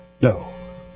no